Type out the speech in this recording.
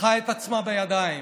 לקחה את עצמה בידיים.